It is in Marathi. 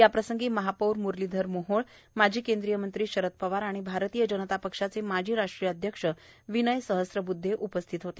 याप्रसंगी महापौर मुरलीधर मोहोळ माजी केंद्रीय मंत्री शरद पवार आणि भारतीय जनता पक्षाचे माजी राष्ट्रीय अध्यक्ष विनय सहस्तरबुद्धे आदी उपस्थित होते